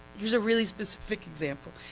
here's a really specific example.